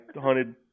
hunted